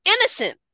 innocent